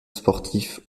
sportif